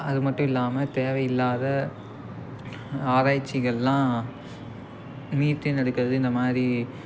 அதுமட்டும் இல்லாமல் தேவையில்லாத ஆராய்ச்சிகள்லாம் மீத்தேன் எடுக்கிறது இந்த மாதிரி